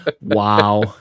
Wow